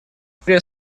история